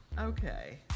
Okay